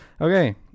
Okay